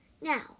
Now